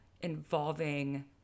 involving